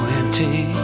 empty